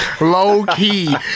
Low-key